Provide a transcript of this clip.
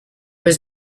was